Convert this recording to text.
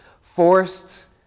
forced